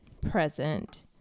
present